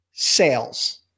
sales